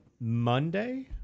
Monday